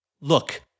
Look